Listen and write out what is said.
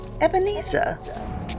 Ebenezer